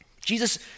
Jesus